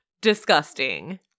Disgusting